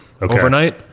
overnight